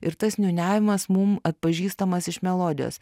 ir tas niūniavimas mum atpažįstamas iš melodijos